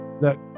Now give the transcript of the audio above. look